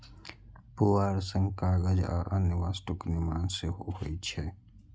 पुआर सं कागज आ अन्य वस्तुक निर्माण सेहो होइ छै